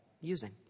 using